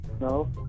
No